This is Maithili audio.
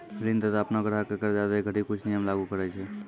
ऋणदाता अपनो ग्राहक क कर्जा दै घड़ी कुछ नियम लागू करय छै